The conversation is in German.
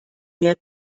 mehr